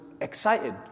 excited